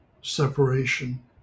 separation